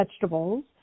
vegetables